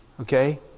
Okay